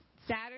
Saturday